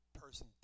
person